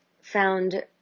found